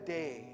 day